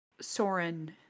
Soren